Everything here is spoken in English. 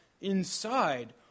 inside